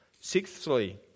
Sixthly